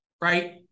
right